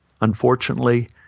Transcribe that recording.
Unfortunately